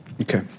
Okay